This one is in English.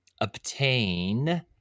obtain